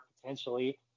potentially